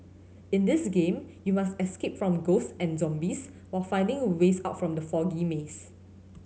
in this game you must escape from ghost and zombies while finding a ways out from the foggy maze